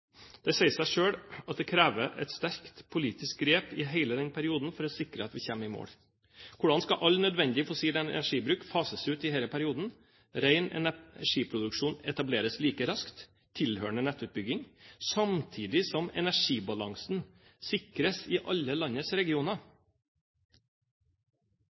Det sier seg selv at det krever et sterkt politisk grep i hele denne perioden for å sikre at vi kommer i mål. Hvordan skal all nødvendig fossil energibruk fases ut i denne perioden, ren energiproduksjon etableres like raskt, tilhørende nettutbygging, samtidig som energibalansen sikres i alle landets regioner?